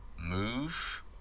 move